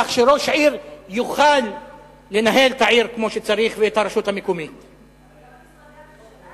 כך שראש העיר יוכל לנהל את העיר ואת הרשות המקומית כמו שצריך.